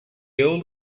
earl